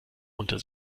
unter